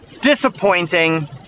Disappointing